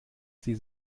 sie